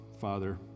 Father